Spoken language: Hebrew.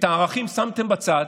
את הערכים שמתם בצד.